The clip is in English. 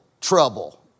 trouble